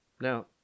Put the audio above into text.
Now